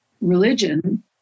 religion